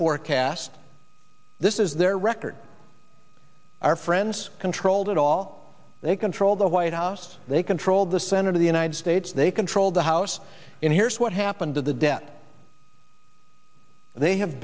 forecast this is their record our friends controlled it all they control the white house they controlled the senate of the united states they controlled the house and here's what happened to the debt they have